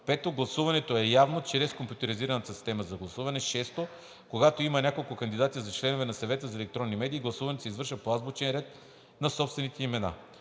5. Гласуването е явно чрез компютризираната система за гласуване. 6. Когато има няколко кандидати за членове на Съвета за електронни медии, гласуването се извършва по азбучен ред на собствените им имена.